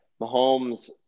Mahomes